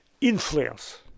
influence